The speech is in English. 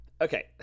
okay